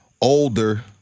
older